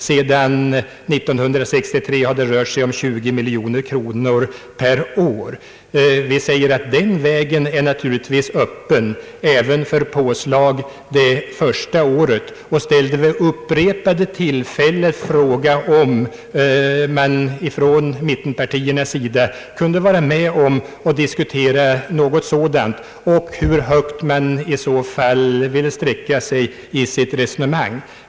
Sedan 1963 har det rört sig om 20 miljoner kronor per år. Vi sade att den vägen naturligtvis var öppen även för påslag det första året. Vi ställde vid upprepade tillfällen i fråga om man från mittenpartiernas sida kunde vara med om att diskutera något sådant och hur högt man i så fall ville sträcka sig i sådana resonemang.